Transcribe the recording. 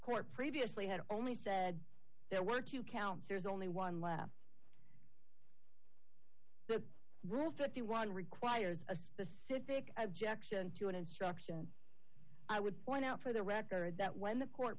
precor previously had only said there were two counts there's only one left but well fifty one dollars requires a specific objection to an instruction i would point out for the record that when the court